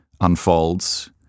unfolds